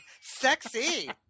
sexy